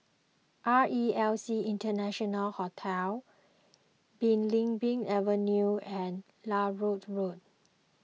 R E L C International Hotel Belimbing Avenue and Larut Road